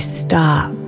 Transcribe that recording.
stop